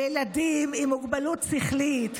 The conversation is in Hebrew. לילדים עם מוגבלות שכלית,